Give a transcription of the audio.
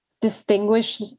distinguish